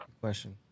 question